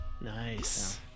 Nice